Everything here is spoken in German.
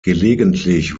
gelegentlich